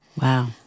Wow